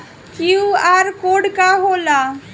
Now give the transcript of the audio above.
QR code का होला?